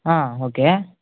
okay